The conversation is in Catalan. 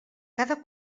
cada